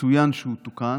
צוין שהוא תוקן.